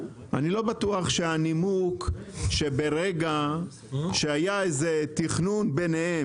שהנימוק שברגע שהיה איזה תכנון ביניהם